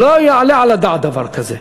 לא יעלה על הדעת דבר כזה.